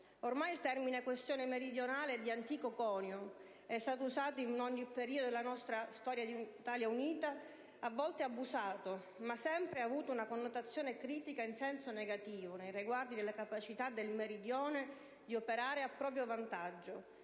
Ormai il termine questione meridionale è di antico conio. È stato usato in ogni periodo della nostra storia di Italia unita, a volte abusato, ma ha sempre avuto una connotazione critica in senso negativo nei riguardi delle capacità del Meridione di operare a proprio vantaggio,